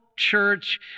church